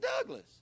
Douglas